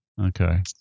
Okay